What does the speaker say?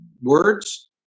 words